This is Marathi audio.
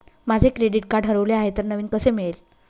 माझे क्रेडिट कार्ड हरवले आहे तर नवीन कसे मिळेल?